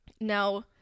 Now